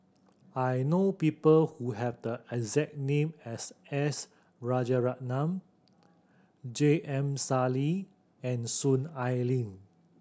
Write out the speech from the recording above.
I know people who have the exact name as S Rajaratnam J M Sali and Soon Ai Ling